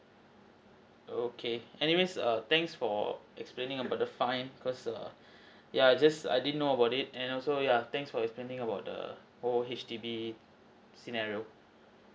okay anyways err thanks for explaining about the fine because err yeah I just I didn't know about it and also yeah thanks for explaining about the whole H_D_B scenario